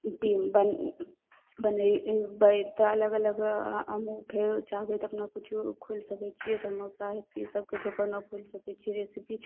पी बन बनेबय तऽ अलग अलग हमहुँ फेर चाहबय तऽ अपना कुछो खोलि सकय छियै समोसा लिट्टी सबके दोकानो खोलि सकय छियै रेसिपी